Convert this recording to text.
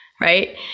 Right